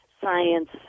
science